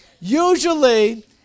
usually